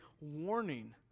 warning